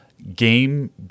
game